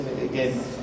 again